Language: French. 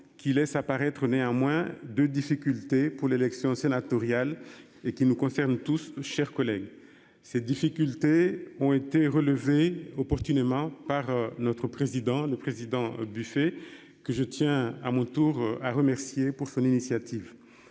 qui laisse apparaître néanmoins de difficultés pour l'élection sénatoriale et qui nous concerne tous, chers collègues. Ces difficultés ont été relevées opportunément par notre président, le président du fait que je tiens à mon tour à remercier pour son initiative.